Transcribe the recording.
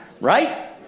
Right